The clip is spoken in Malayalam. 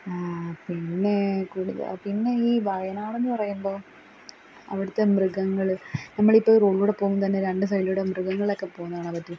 പിന്നേ പിന്നെയീ വയനാടെന്ന് പറയുമ്പോള് അവിടുത്തെ മൃഗങ്ങള് നമ്മളിപ്പോള് ഈ റോഡില് പോകുമ്പോള്ത്തന്നെ രണ്ട് സൈഡിലൂടെ മൃഗങ്ങളൊക്കെ പോകുന്നതു കാണാന് പറ്റും